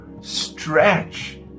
stretch